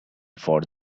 for